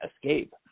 escape